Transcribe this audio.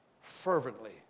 fervently